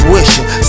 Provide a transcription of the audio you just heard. Wishing